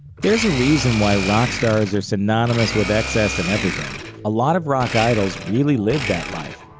there's a reason why rock stars are synonymous with excess in everything a lot of rock idols really lived that life.